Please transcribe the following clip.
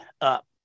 up